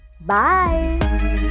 Bye